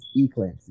eclampsia